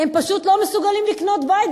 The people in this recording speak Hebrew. הם פשוט לא מסוגלים לקנות בית,